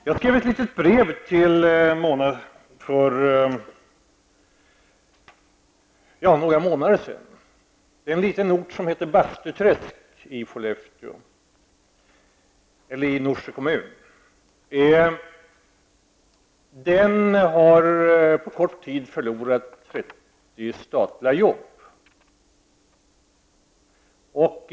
Jag skrev ett brev till Mona Sahlin för några månader sedan. En liten ort, Bastuträsk, i Norsjö kommun i Västerbotten har nämligen på kort tid förlorat 30 statliga arbetstillfällen.